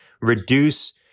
reduce